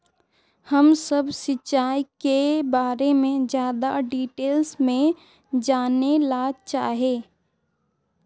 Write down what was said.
हम सब सिंचाई के बारे में ज्यादा डिटेल्स में जाने ला चाहे?